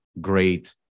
great